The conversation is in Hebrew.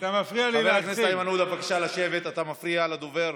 מפריע לדובר.